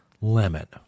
limit